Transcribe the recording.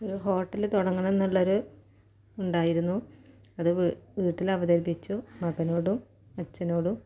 ഒരു ഹോട്ടല് തുടങ്ങണം എന്നുള്ളൊരു ഉണ്ടായിരുന്നു അത് വീട്ടിൽ അവതരിപ്പിച്ചു മകനോടും അച്ഛനോടും